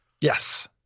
Yes